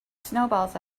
snowballs